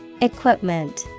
Equipment